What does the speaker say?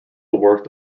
worked